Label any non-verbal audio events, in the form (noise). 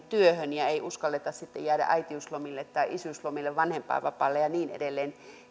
(unintelligible) työhön ja ei uskalleta sitten jäädä äitiyslomille tai isyyslomille vanhempainvapaalle ja niin edelleen